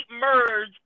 merge